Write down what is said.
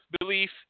belief